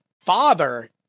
father